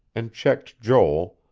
and checked joel,